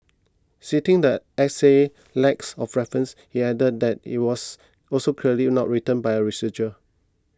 sitting the essay's lacks of references he added that it was also clearly not written by a researcher